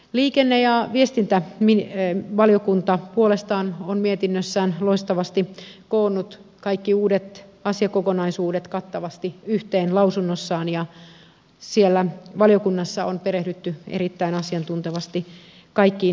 liikenne ja viestintävaliokunta puolestaan on mietinnössään loistavasti koonnut kaikki uudet asiakokonaisuudet kattavasti yhteen lausunnossaan ja siellä valiokunnassa on perehdytty erittäin asiantuntevasti kaikkiin yksityiskohtiin